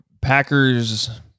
Packers